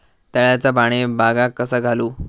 तळ्याचा पाणी बागाक कसा घालू?